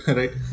right